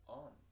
on